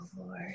Lord